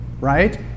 Right